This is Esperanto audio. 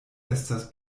estas